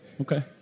Okay